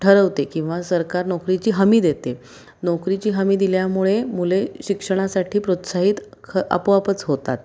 ठरवते किंवा सरकार नोकरीची हमी देते नोकरीची हमी दिल्यामुळे मुले शिक्षणासाठी प्रोत्साहित ख आपोआपच होतात